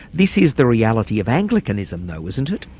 this is the reality of anglicanism though isn't it?